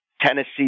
Tennessee